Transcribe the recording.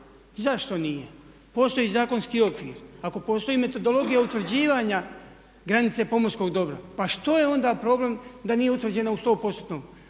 Zašto nije? Postoji zakonski okvir. Ako postoji metodologija utvrđivanja granice pomorskog dobra, pa što je onda problem da nije utvrđena u 100% očito